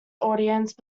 audience